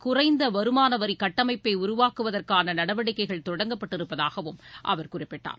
குறைந்த வருமான வரி கட்டமைப்பை உருவாக்குவதற்கான நடவடிக்கைகள் தொடங்கப்பட்டிருப்பதாகவும் அவர் குறிப்பிட்டார்